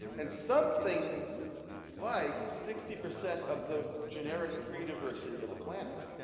and something like sixty percent of the generic tree diversity of the planet.